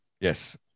Yes